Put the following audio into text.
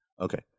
Okay